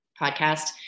podcast